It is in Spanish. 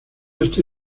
este